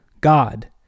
God